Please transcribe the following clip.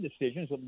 decisions